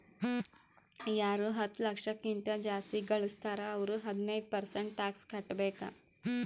ಯಾರು ಹತ್ತ ಲಕ್ಷ ಕಿಂತಾ ಜಾಸ್ತಿ ಘಳುಸ್ತಾರ್ ಅವ್ರು ಹದಿನೈದ್ ಪರ್ಸೆಂಟ್ ಟ್ಯಾಕ್ಸ್ ಕಟ್ಟಬೇಕ್